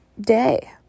day